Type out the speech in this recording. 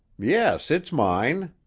yes, it's mine.